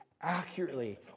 accurately